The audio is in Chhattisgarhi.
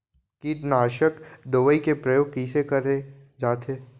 कीटनाशक दवई के प्रयोग कइसे करे जाथे?